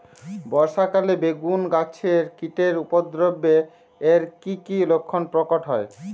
বর্ষা কালে বেগুন গাছে কীটের উপদ্রবে এর কী কী লক্ষণ প্রকট হয়?